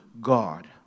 God